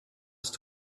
ist